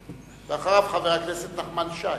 ואחריו, חבר הכנסת נחמן שי.